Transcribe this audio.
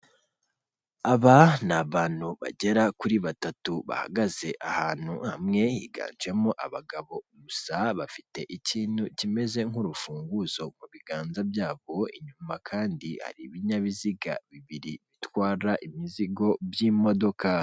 Aba ni abantu bagera kuri batatu bahagaze ahantu hamwe, higanjemo abagabo gusa bafite ikintu kimeze nk'urufunguzo mu biganza byabo, inyuma kandi hari ibinyabiziga bibiri bitwara imizigo by'imodoka.